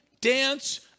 dance